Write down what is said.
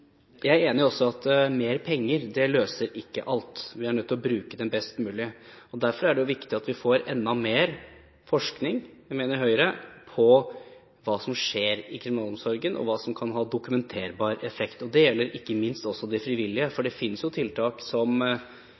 Jeg er også enig i at mer penger ikke løser alt; vi er nødt til å bruke dem best mulig. Derfor er det viktig at vi får enda mer forskning – det mener Høyre – på hva som skjer i kriminalomsorgen, og på hva som kan ha dokumenterbar effekt. Og det gjelder ikke minst også de frivillige. For det finnes jo tiltak som